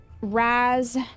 Raz